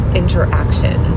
interaction